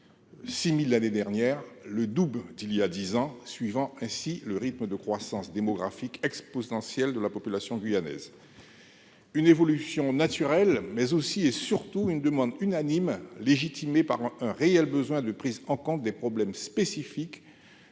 6 000 l'année dernière, soit le double d'il y a dix ans -, qui suit le rythme de la croissance démographique exponentielle de la population guyanaise. Il s'agit aussi et surtout d'une demande unanime, légitimée par un réel besoin de prise en compte des problèmes spécifiques